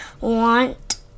want